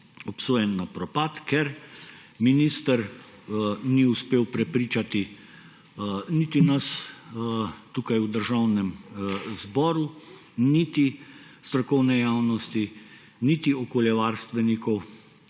obsojen na propad, ker minister ni uspel prepričati niti nas tukaj v Državnem zboru, niti strokovne javnosti, niti okoljevarstvenikov